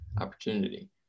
opportunity